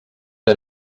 que